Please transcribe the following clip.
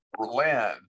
Berlin